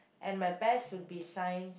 and my best will be Science